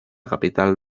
capital